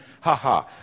haha